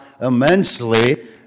immensely